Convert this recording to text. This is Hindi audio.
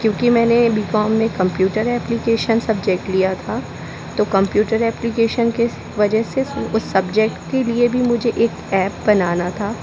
क्योंकि मैंने बी कॉम में कंप्यूटर ऐप्लीकेशन सब्जेक्ट लिया था तो कंप्यूटर ऐप्लीकेशन के वजह से उस सब्जेक्ट के लिए भी मुझे एक ऐप बनाना था